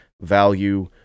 value